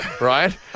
right